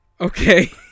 Okay